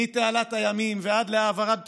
מתעלת הימים ועד העברת בסיסים,